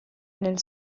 nel